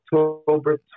October